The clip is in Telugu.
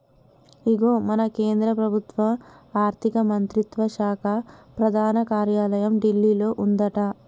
ఇగో మన కేంద్ర ప్రభుత్వ ఆర్థిక మంత్రిత్వ శాఖ ప్రధాన కార్యాలయం ఢిల్లీలో ఉందట